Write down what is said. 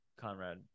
Conrad